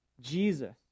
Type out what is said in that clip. Jesus